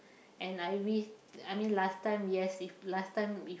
and I wish I mean last time yes if last time if